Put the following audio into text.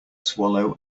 swallow